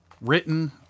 written